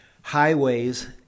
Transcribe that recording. highways